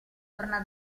torna